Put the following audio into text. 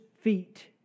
feet